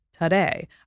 today